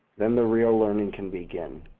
then the real learning can begin.